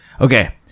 okay